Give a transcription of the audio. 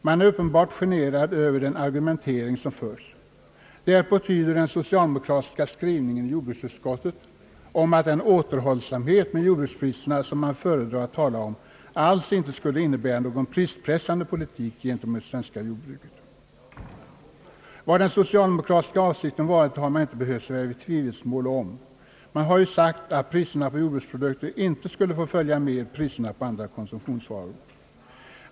Man är uppenbart generad över den argumentering som förts. Därpå tyder den socialdemokratiska skrivningen i jordbruksutskottet om att den återhållsamhet med jordbrukspriserna, som man föredrar att tala om, alls inte skulle innebära någon prispressande politik gentemot det svenska jordbruket. Vad den socialdemokratiska avsikten varit har man inte behövt sväva i tvivelsmål om. Man har ju sagt att priserna på jordbruksprodukter inte skulle få följa med priserna på andra konsumtionsvaror.